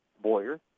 Boyer